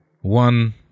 one